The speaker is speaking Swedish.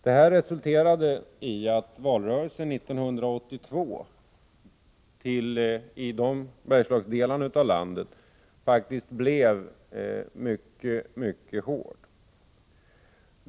Det resulterade i att valrörelsen 1982 i Bergslagsdelarna av landet faktiskt blev mycket hård.